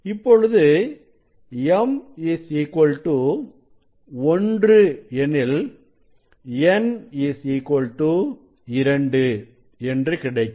இப்பொழுது m 1 எனில் n 2 என்று கிடைக்கும்